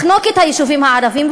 לחנוק את היישובים הערביים,